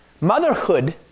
Motherhood